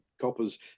coppers